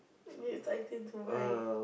next item to buy